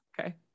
Okay